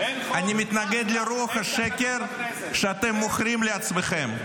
אני מתנגד לרוחו השקר שאתם מוכרים לעצמכם.